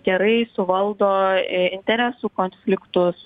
gerai suvaldo interesų konfliktus